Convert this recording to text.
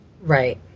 Right